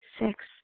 Six